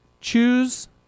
choose